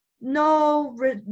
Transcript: no